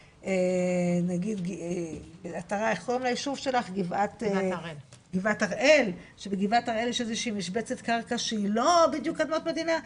שאם נגיד גבעת הראל יש איזה משבצת קרקע שהיא לא בדיוק אדמות מדינה,